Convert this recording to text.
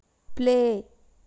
play